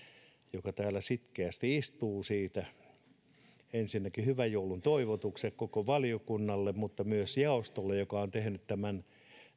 joka täällä sitkeästi istuu ensinnäkin hyvän joulun toivotukset koko valiokunnalle mutta myös jaostolle joka on tehnyt tämän